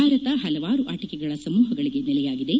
ಭಾರತವು ಹಲವಾರು ಆಟಿಕೆಗಳ ಸಮೂಹಗಳಿಗೆ ನೆಲೆಯಾಗಿದೆ